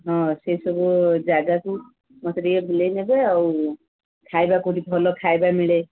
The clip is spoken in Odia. ହଁ ସେସବୁ ଜାଗାକୁ ମୋତେ ଟିକେ ବୁଲେଇ ନେବେ ଆଉ ଖାଇବା କୋଉଠି ଭଲ ଖାଇବା ମିଳେ